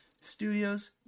Studios